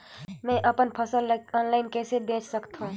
मैं अपन फसल ल ऑनलाइन कइसे बेच सकथव?